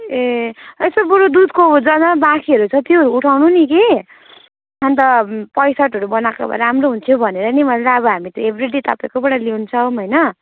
ए यसो बरु दुधको जहाँ जहाँ बाँकीहरू छ त्योहरू उठाउनु नि कि अन्त पैँसट्ठीहरू बनाएको भए राम्रो हुन्थ्यो भनेर नि मैल त अब हामी त एभ्रिडे तपाईँकैबाट लिन्छौँ होइन